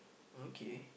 okay